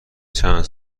چند